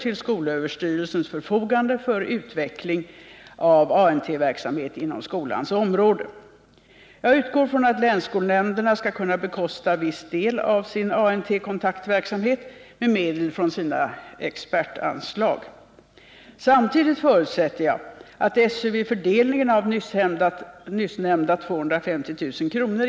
till skolöverstyrelsens förfogande för utveckling av ANT-verksamhet inom skolans område. Jag utgår från att länsskolnämnderna skall kunna bekosta viss del av sin ANT-kontaktverksamhet med medel från sina expertanslag. Samtidigt förutsätter jag att SÖ vid fördelningen av nyssnämnda 250 000 kr.